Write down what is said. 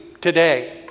Today